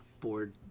board